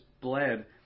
bled